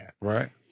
Right